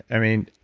i mean,